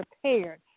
prepared